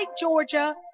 Georgia